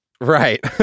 Right